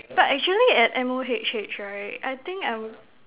but actually at M_O_H_H right I think I'm